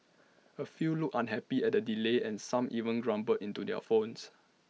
A few looked unhappy at the delay and some even grumbled into their phones